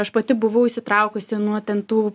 aš pati buvau įsitraukusi nuo ten tų